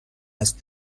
است